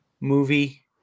movie